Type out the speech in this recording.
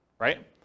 Right